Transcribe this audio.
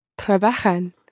Trabajan